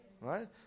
right